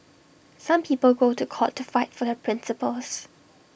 some people go to court to fight for their principles